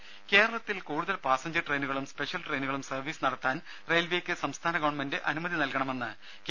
രുഭ കേരളത്തിൽ കൂടുതൽ പാസഞ്ചർ ട്രെയിനുകളും സ്പെഷ്യൽ ട്രെയിനുകളും സർവീസ് നടത്താൻ റെയിൽവേക്ക് സംസ്ഥാന ഗവൺമെന്റ് അനുമതി നൽകണമെന്ന് കെ